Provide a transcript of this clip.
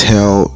Tell